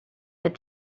but